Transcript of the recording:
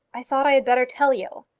i thought i had better tell you.